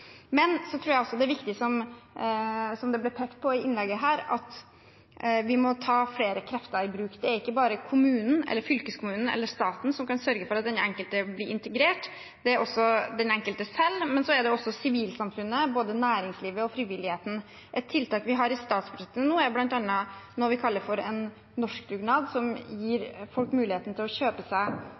tror også det er viktig, som det ble pekt på i innlegget, at vi må ta flere krefter i bruk. Det er ikke bare kommunen, fylkeskommunen eller staten som kan sørge for at den enkelte blir integrert. Det er også den enkelte selv. Og så er det sivilsamfunnet – både næringslivet og frivilligheten. Et tiltak vi har i startgropa nå er noe vi kaller en norskdugnad, som gir folk muligheten til å kjøpe seg